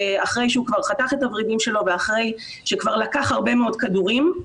אחרי שהוא כבר חתך את הוורידים שלו ואחרי שכבר לקח הרבה מאוד כדורים,